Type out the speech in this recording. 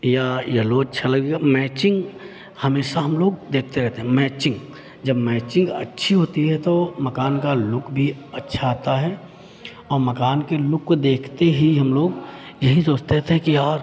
या येलो अच्छा लगेगा मैचिंग हमेशा हम लोग देखते रहते हैं मैचिंग जब मैचिंग अच्छी होती है तो मकान का लुक भी अच्छा आता है और मकान के लुक को देखते ही हम लोग यही सोचते थे कि यार